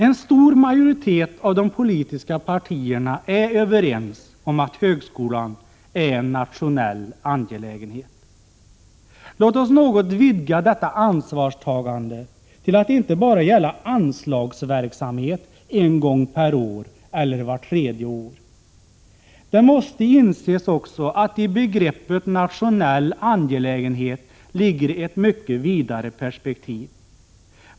En stor majoritet av de politiska partierna är överens om att högskolan är en nationell angelägenhet. Låt oss något vidga detta ansvarstagande till att inte bara gälla anslagsverksamhet en gång per år eller vart tredje år. Det måste också inses att i begreppet ”nationell angelägenhet” ligger ett mycket vidare perspektiv.